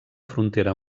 frontera